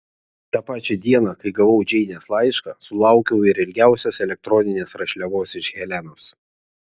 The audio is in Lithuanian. tą pačią dieną kai gavau džeinės laišką sulaukiau ir ilgiausios elektroninės rašliavos iš helenos